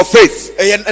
faith